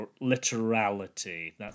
literality